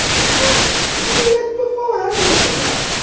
course, we met before, i remember now.